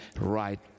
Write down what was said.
right